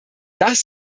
das